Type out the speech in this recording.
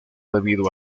debido